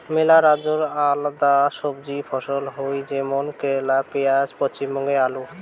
মেলা রাজ্যে আলাদা সবজি ফছল হই যেমন কেরালে পেঁয়াজ, পশ্চিমবঙ্গতে আলু